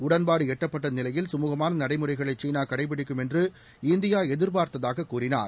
உடன்பாடு எட்டப்பட்ட நிலையில் சுமுகமான நடைமுறைகளை சீனா கடைபிடிக்கும் என்று இந்தியா எதிர்பார்த்ததாக கூறினார்